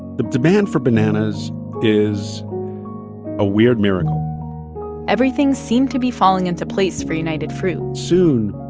the demand for bananas is a weird miracle everything seemed to be falling into place for united fruit soon,